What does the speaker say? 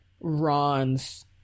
Ron's